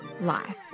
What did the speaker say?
life